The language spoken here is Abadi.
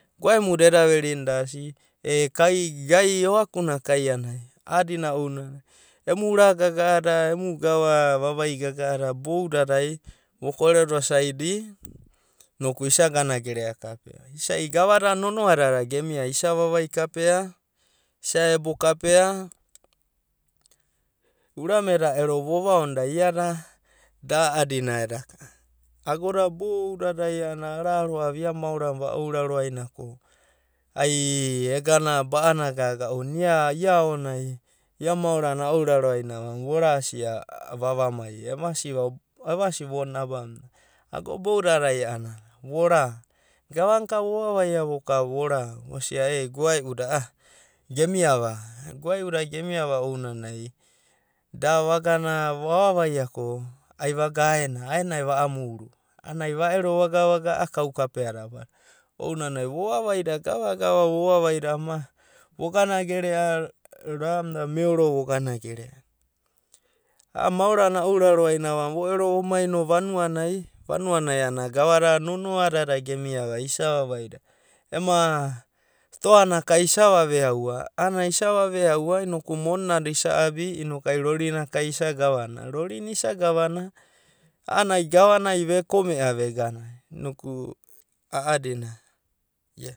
Goa emu da eda verina da asi, e gai o’akana, kainai, a’adina ounanai emu ra gaga’a mai vavai gaga’a da bou dada voku reda saidi noku isa gana gerea kapea isai gava da nonoa dada nonoa dada gemi ava, isa vovai da kapea isa ebo kapea urame da ero vova onda, iada da a’adina, ago da bou dada ia maora na ai egana ba’ana gaga mei ai ia aonai ai ia maora na ai vorasia evasi va onine abamuna vava mai, gava na ka vova vaia voka vora vosia ei goa euda, goaeu da gemiava ai vaga na aena anana ai va ero vagana a’a kau kapea, da aba dada, ounenai vova vaida gava da vovavai da voku a’anana vora, vo gana geree, ramu da meoro no vogana gori a’a maora na a ouraro aina vo ero vomai no vanua nai, vanua nai a’a nana gava da nonoa da da gemiava isa vavai da, ema stoa na ka isa vave a’ua, anana ai isa va veaua moni na da isa abia noku rorinai isa gava na vekomea vegana, a’adina.